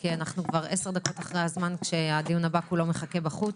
כי אנחנו כבר עשר דקות אחרי הזמן כשהדיון הבא כולו מחכה בחוץ.